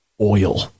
Oil